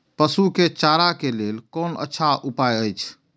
पशु के चारा के लेल कोन अच्छा उपाय अछि?